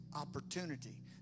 opportunity